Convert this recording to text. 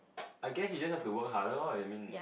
I guess you just have to work harder lor I mean